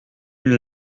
une